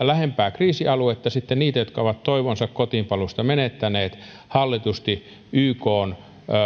lähempää kriisialuetta niitä jotka ovat toivonsa kotiinpaluusta menettäneet hallitusti